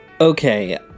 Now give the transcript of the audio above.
Okay